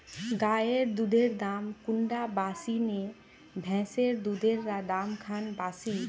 गायेर दुधेर दाम कुंडा बासी ने भैंसेर दुधेर र दाम खान बासी?